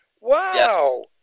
Wow